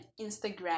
Instagram